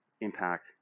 impact